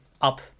up